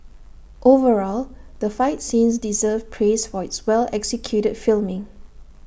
overall the fight scenes deserve praise for its well executed filming